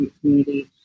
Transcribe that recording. community